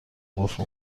قفل